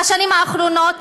בשנים האחרונות,